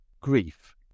grief